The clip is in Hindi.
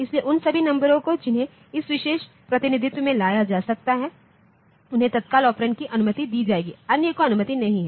इसलिए उन सभी नंबरों को जिन्हें इस विशेष प्रतिनिधित्व में लाया जा सकता है उन्हें तत्काल ऑपरेंड की अनुमति दी जाएगी अन्य को अनुमति नहीं हैं